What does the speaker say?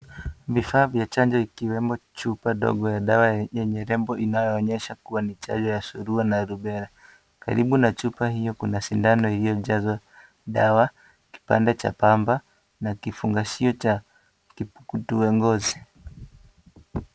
Vifaa vya chanjo ikiwemo chupa ndogo ya dawa yenye nembo inayoonyesha kuwa ni chanjo ya surua na rubela, karibu na chupa hio kuna sindano iliyojazwa dawa, kipande cha pamba, na kifungashio cha kipteua ngozi.